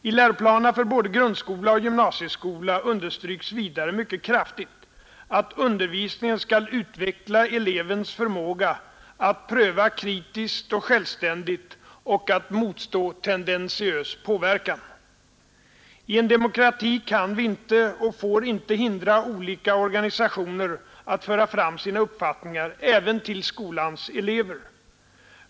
I läroplanerna för både grundskola och gymnasieskola understryks vidare mycket kraftigt att undervisningen skall utveckla elevens förmåga att pröva kritiskt och självständigt och att motstå tendentiös päverkan. I en demokrati kan vi inte och får inte hindra olika organisationer att föra fram sina uppfattningar även till skolans elever.